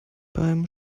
beim